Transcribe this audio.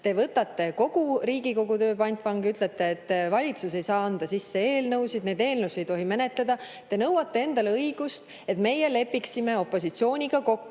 Te võtate kogu Riigikogu pantvangi, ütlete, et valitsus ei saa anda sisse eelnõusid ja neid eelnõusid ei tohi menetleda. Te nõuate endale õigust, et meie lepiksime opositsiooniga kokku,